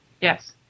Yes